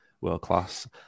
world-class